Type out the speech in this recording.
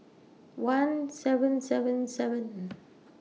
one seven seven seven